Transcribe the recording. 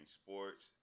sports